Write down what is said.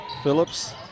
Phillips